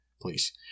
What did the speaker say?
please